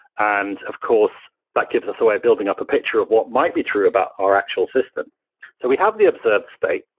and of course, that gives us a way building up a picture of what might be true about our actual system so we have the observed state,